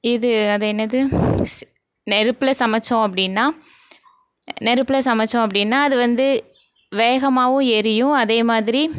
இது அது என்னது ஸ் நெருப்பில் சமைத்தோம் அப்படின்னா நெருப்பில் சமைத்தோம் அப்படின்னா அது வந்து வேகமாகவும் எரியும் அதேமாதிரி